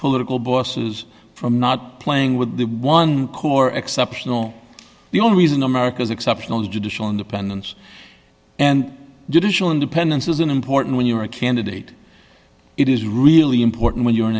political bosses from not playing with the one core exceptional the only reason america's exceptional judicial independence and judicial independence isn't important when you're a candidate it is really important when you're an